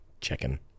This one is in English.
checking